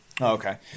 Okay